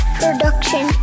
production